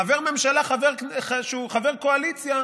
חבר ממשלה שהוא חבר קואליציה,